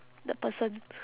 the person